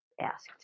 asked